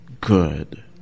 good